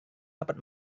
dapat